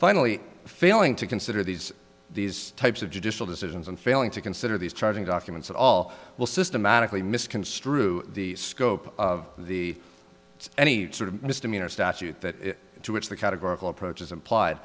finally failing to consider these these types of judicial decisions and failing to consider these charging documents at all will systematically misconstrue the scope of the any sort of misdemeanor statute that to which the categorical approach is applied